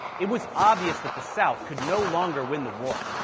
it was obvious that the south could no longer win the war.